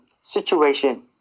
situation